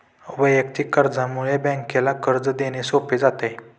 वैयक्तिक कर्जामुळे बँकेला कर्ज देणे सोपे जाते